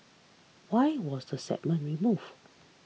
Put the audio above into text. why was the segment remove